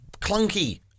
clunky